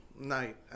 night